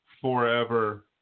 Forever